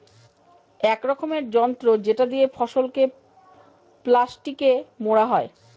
এক রকমের যন্ত্র যেটা দিয়ে ফসলকে প্লাস্টিকে মোড়া হয়